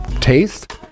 taste